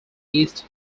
east